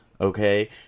okay